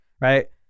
right